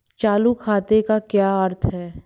चालू खाते का क्या अर्थ है?